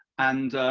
and